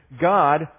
God